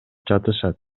жатышат